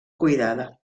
cuidada